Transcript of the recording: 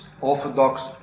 orthodox